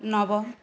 नव